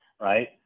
right